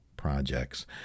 Projects